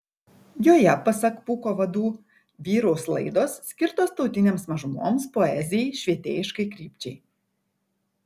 joje pasak pūko vadų vyraus laidos skirtos tautinėms mažumoms poezijai švietėjiškai krypčiai